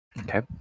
okay